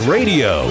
Radio